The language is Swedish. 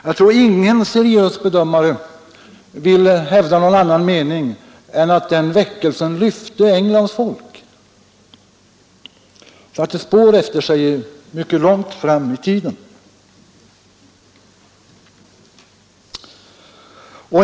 Jag tror ingen seriös bedömare vill hävda någonting annat än att den väckelsen lyfte Englands folk och satte spår efter'sig mycket långt fram i tiden.